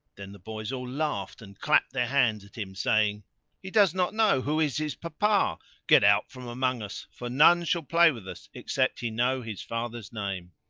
then the boys all laughed and clapped their hands at him, saying he does not know who is his papa get out from among us, for none shall play with us except he know his father's name.